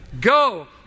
Go